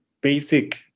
basic